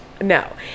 no